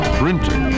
printing